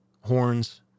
horns